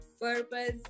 purpose